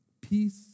Peace